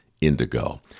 indigo